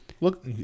Look